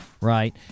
right